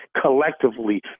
collectively